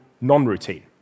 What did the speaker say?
non-routine